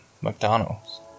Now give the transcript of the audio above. McDonald's